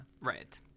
right